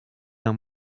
d’un